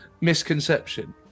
misconception